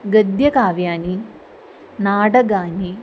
गद्यकाव्यानि नाटकानि